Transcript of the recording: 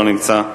לא נמצא.